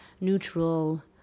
neutral